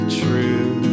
true